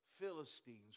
Philistines